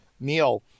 meal